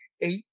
eight